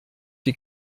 die